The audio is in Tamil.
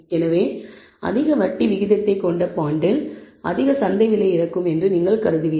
எனவே அதிக வட்டி விகிதத்தைக் கொண்ட பாண்டில் அதிக சந்தை விலை இருக்கும் என்று நீங்கள் கருதுவீர்கள்